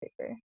paper